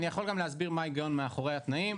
אני יכול גם להסביר מה ההיגיון מאחרי התנאים.